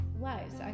lives